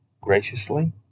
graciously